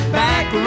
back